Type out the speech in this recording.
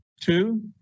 two